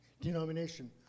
denomination